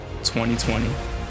2020